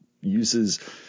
uses